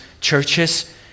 churches